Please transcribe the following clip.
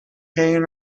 hanging